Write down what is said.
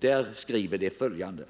Där skriver de följande: